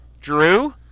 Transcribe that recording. Drew